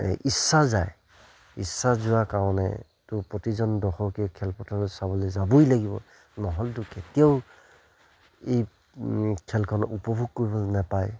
ইচ্ছা যায় ইচ্ছা যোৱা কাৰণে তো প্ৰতিজন দৰ্শকে খেলপথাৰলৈ চাবলৈ যাবই লাগিব নহ'লেতো কেতিয়াও এই খেলখন উপভোগ কৰিবলৈ নেপায়